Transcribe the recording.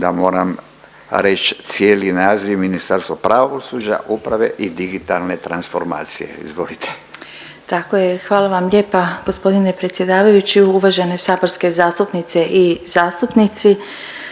da moram reć cijeli naziv Ministarstva pravosuđa, uprave i digitalne transformacije. Izvolite. **Bahović, Fadila** Tako je. Hvala vam lijepa gospodine predsjedavajući. Uvažene saborske zastupnice i zastupnici